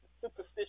superstitious